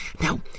Now